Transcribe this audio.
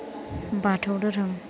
बाथौ धोरोम